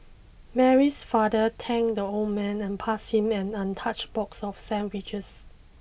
Mary's father thanked the old man and passed him an untouched box of sandwiches